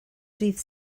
dydd